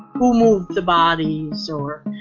who moved the body? sir,